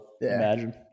Imagine